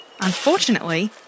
Unfortunately